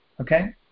okay